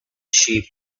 sheep